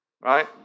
right